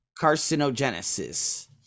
Carcinogenesis